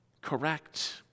Correct